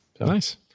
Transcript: Nice